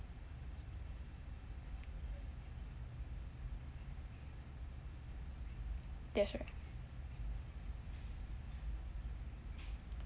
that's right